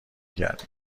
کردیم